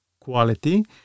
quality